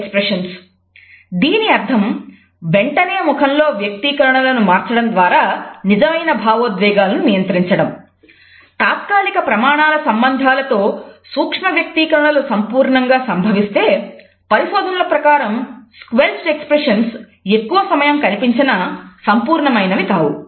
Ekman ఎక్కువ సమయం కనిపించినా సంపూర్ణమైనవి కావు